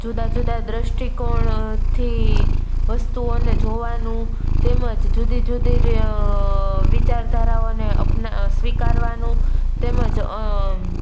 જુદા જુદા દૃષ્ટિકોણથી વસ્તુઓને જોવાનું તેમજ જુદી જુદી વિચારધારાઓને સ્વીકારવાનું તેમજ